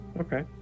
Okay